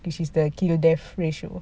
she's the kill or death ratio